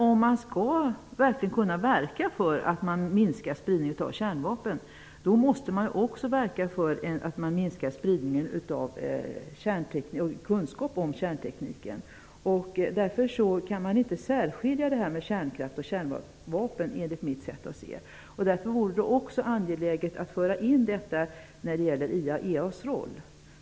Om man verkligen skall verka för att minska spridningen av kärnvapen, måste man också verka för att minska spridningen av kunskap om kärnteknik. Därför går det enligt mitt sätt att se inte att särskilja på kärnkraft och kärnvapen. Det vore också angeläget att föra in detta i IAEA:s roll.